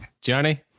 Johnny